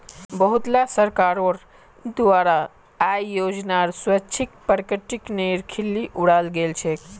बहुतला सरकारोंर द्वारा आय योजनार स्वैच्छिक प्रकटीकरनेर खिल्ली उडाल गेल छे